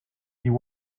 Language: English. you